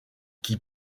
qui